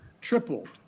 tripled